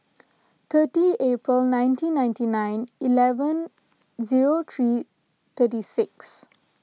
thirty April nineteen ninety nine eleven zero three thirty six